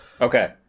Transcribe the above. Okay